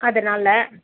அதனால்